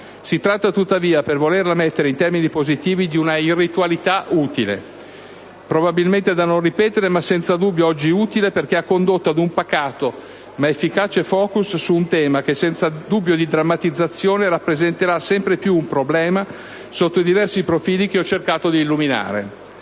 Si tratta tuttavia, per volerla mettere in termini positivi, di un'irritualità utile, probabilmente da non ripetere, ma senza dubbio oggi utile, perché ha condotto ad un pacato ma efficace *focus* su un tema che - senza dubbio di drammatizzazione - rappresenterà sempre più un problema, sotto i diversi profili che ho cercato di illuminare.